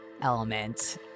Element